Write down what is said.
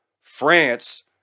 France